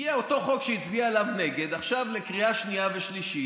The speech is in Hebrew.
הגיע אותו חוק שהיא הצביעה עליו נגד עכשיו לקריאה שנייה ושלישית,